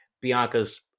Bianca's